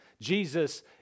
Jesus